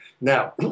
Now